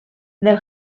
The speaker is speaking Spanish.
del